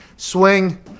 swing